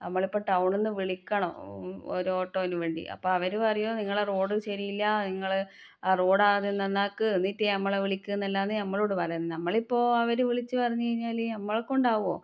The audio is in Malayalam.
നമ്മളിപ്പോൾ ടൌണിൽ നിന്ന് വിളിക്കണം ഒരു ഓട്ടോയിന് വേണ്ടി അപ്പോൾ അവർ പറയും ഇങ്ങള റോഡ് ശരിയല്ല ഇങ്ങൾ റോഡ് ആദ്യം നന്നാക്ക് എന്നിട്ട് ഞമ്മള വിളിക്ക് എന്നെല്ലാം നമ്മളോട് പറയുന്നു നമ്മളിപ്പോൾ അവർ വിളിച്ച് പറഞ്ഞ് കഴിഞ്ഞാൽ നമ്മളെക്കൊണ്ടാവുമോ